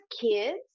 kids